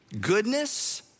Goodness